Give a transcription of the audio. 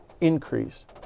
increase